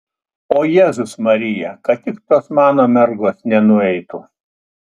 o jėzus marija kad tik tos mano mergos nenueitų